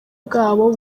bwabo